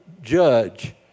Judge